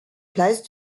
place